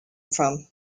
from